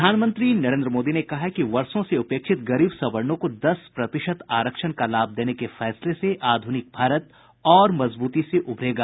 प्रधानमंत्री नरेन्द्र मोदी ने कहा है कि ने वर्षो से उपेक्षित गरीब सवर्णों को दस प्रतिशत आरक्षण का लाभ देने के फैसले से आधुनिक भारत और मजबूती से उभरेगा